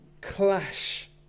clash